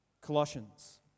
Colossians